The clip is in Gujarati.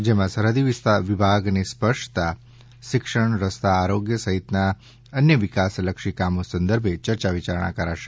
જેમાં સરહદી વિભાગને સ્પર્શતા શિક્ષણ રસ્તા આરોગ્ય સહિતના અન્ય વિકાસલક્ષી કામો સંદર્ભે ચર્ચા વિચારણા કરાશે